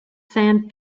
sand